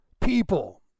people